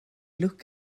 look